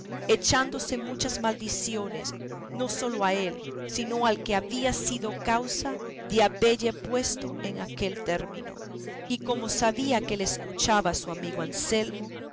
echándose muchas maldiciones no sólo a él sino al que había sido causa de habelle puesto en aquel término y como sabía que le escuchaba su amigo anselmo